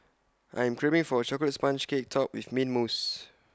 I am craving for A Chocolate Sponge Cake Topped with Mint Mousse